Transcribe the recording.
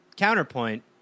Counterpoint